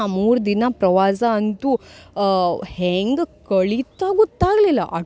ಆ ಮೂರು ದಿನ ಪ್ರವಾಸ ಅಂತೂ ಹೆಂಗೆ ಕಳಿತೋ ಗೊತ್ತಾಗ್ಲಿಲ್ಲ